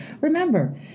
Remember